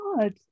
God